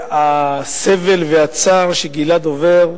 והסבל והצער שגלעד עובר,